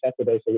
Saturday